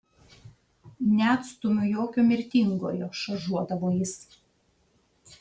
neatstumiu jokio mirtingojo šaržuodavo jis